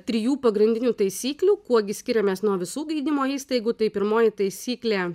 trijų pagrindinių taisyklių kuo gi skiriamės nuo visų gydymo įstaigų tai pirmoji taisyklė